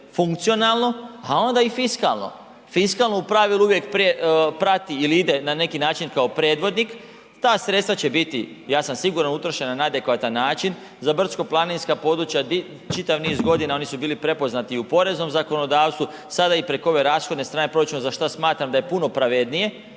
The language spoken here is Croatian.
funkcionalno a onda i fiskalno, fiskalno u pravilu uvijek prije prati ili ide na neki način kao predvodnik, ta sredstva će biti ja sam siguran utrošena na adekvatan način za brdsko-planinska područja, čitav niz godina oni su bili prepoznati i u poreznom zakonodavstvu sada i preko ove rashodne strane proračuna za što smatram da je puno pravednije